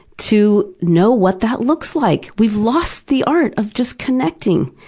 to know what that looks like. we've lost the art of just connecting!